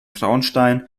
traunstein